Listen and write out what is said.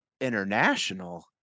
international